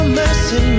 mercy